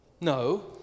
No